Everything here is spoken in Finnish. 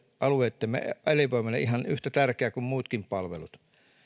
alueittemme elinvoimalle ihan yhtä tärkeä kuin muutkin palvelut